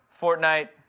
Fortnite